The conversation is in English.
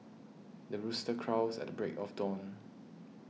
the rooster crows at the break of dawn